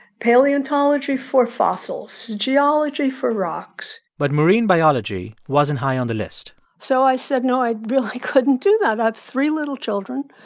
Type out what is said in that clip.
paleontology for fossils, geology for rocks but marine biology wasn't high on the list so i said, no, i really couldn't do that. i have three little children.